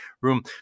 room